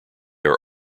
are